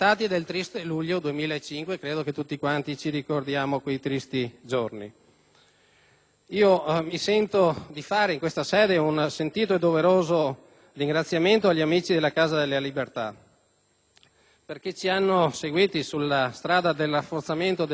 Mi sento di rivolgere in questa sede un sentito e doveroso ringraziamento agli amici del Popolo della Libertà perché ci hanno seguiti sulla strada del rafforzamento della legalità, condividendo e sottoscrivendo lo sforzo del nostro movimento, la Lega Nord,